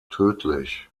tödlich